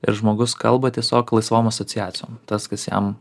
ir žmogus kalba tiesiog laisvom asociacijom tas kas jam